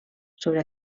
sobre